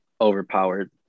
overpowered